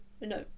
no